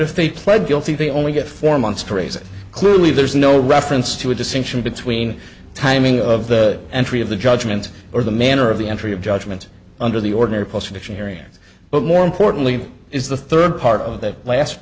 if they pled guilty they only get four months to raise it clearly there's no reference to a distinction between the timing of the entry of the judgments or the manner of the entry of judgment under the ordinary prostitution area but more importantly is the third part of the last